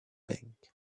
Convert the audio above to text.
bank